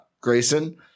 Grayson